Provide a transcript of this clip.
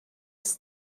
ist